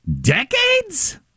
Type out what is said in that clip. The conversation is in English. decades